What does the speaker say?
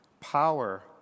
Power